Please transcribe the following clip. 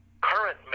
current